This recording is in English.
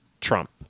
Trump